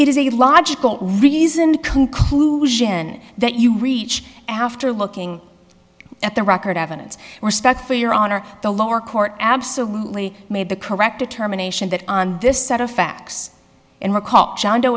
a logical reason the conclusion that you reach after looking at the record evidence respect for your honor the lower court absolutely made the correct determination that on this set of facts and recall john doe